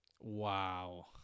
Wow